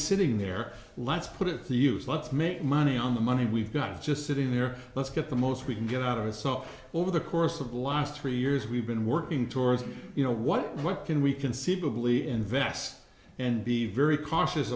sitting there let's put it the use let's make money on the money we've got just sitting there let's get the most we can get out of it so over the course of the last three years we've been working towards you know what what can we conceivably invest and be very cautious